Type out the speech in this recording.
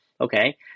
Okay